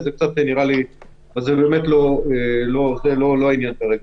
נראה לי קצת --- זה לא העניין כרגע.